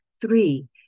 Three